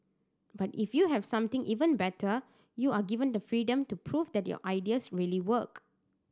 but if you have something even better you are given the freedom to prove that your ideas really work